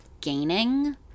gaining